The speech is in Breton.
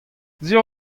sur